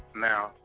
Now